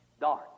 dark